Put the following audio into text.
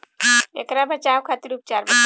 ऐकर बचाव खातिर उपचार बताई?